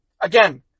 again